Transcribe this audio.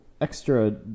extra